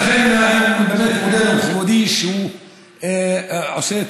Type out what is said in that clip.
ולכן אני באמת מודה למכובדי שהוא עושה את